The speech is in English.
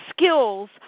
skills